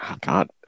God